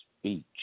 speech